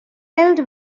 held